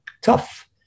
tough